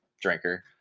drinker